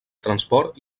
transport